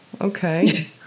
Okay